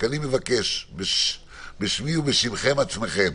רק אני מבקש בשמי ובשמכם עצמכם,